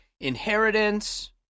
inheritance